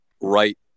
right